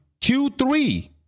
Q3